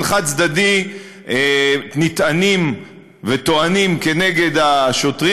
חד-צדדי נטען וטוענים כנגד השוטרים.